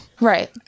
Right